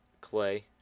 clay